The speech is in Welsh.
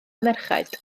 merched